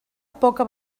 poca